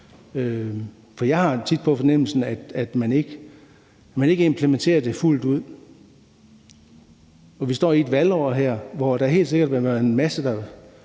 For jeg har tit på fornemmelsen, at man ikke implementerer det fuldt ud. Vi står i et valgår, hvor der helt sikkert vil være en masse, der